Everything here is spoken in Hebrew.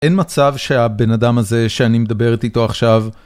אין מצב שהבן אדם הזה שאני מדברת איתו עכשיו...